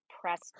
press